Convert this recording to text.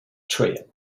trail